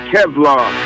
Kevlar